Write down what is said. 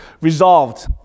Resolved